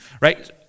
right